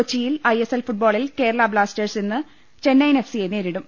കൊച്ചിയിൽ I S L ഫുട്ബോളിൽ Kerala Blasters ഇന്ന് ചെന്നൈയിൻ എഫ് സിയെ നേരിടും